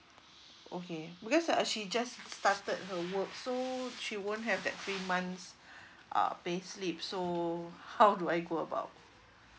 okay because she just started her work so she won't have that three months uh payslip so how do I go about